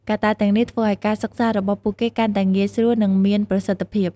កត្តាទាំងនេះធ្វើឱ្យការសិក្សារបស់ពួកគេកាន់តែងាយស្រួល និងមានប្រសិទ្ធភាព។